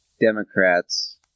Democrats